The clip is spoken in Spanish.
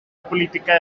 política